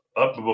up